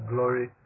Glory